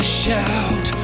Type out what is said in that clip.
shout